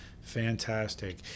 Fantastic